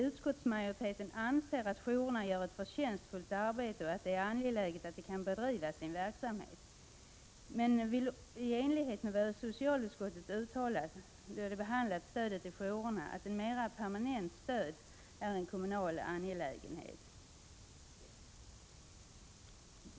Utskottsmajoriteten anser att jourerna gör ett förtjänstfullt arbete och att det är angeläget att de kan bedriva sin verksamhet men anser i enlighet med vad socialutskottet uttalat då det behandlat frågan om stöd till jourerna att ett mera permanent stöd är en kommunal angelägenhet.